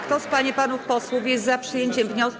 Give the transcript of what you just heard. Kto z pań i panów posłów jest za przyjęciem wniosku.